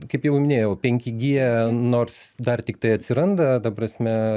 kaip jau minėjau penki gie nors dar tiktai atsiranda ta prasme